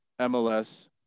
MLS –